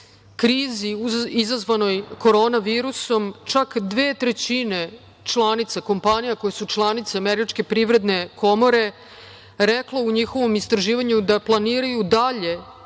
krizi korona virusom, čak dve trećine članica kompanije, koje su članice Američke privredne komore, rekle u istraživanju da planiraju dalje